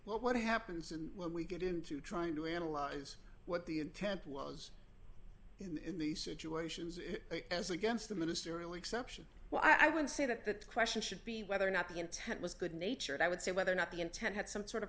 well what happens and when we get into trying to analyze what the intent was in these situations as against the ministerial exception well i would say that the question should be whether or not the intent was good natured i would say whether or not the intent had some sort of